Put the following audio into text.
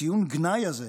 ציון הגנאי הזה,